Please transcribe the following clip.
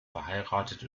verheiratet